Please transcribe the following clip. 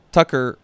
Tucker